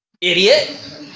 idiot